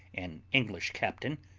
an english captain,